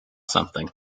something